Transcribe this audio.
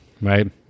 right